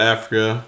Africa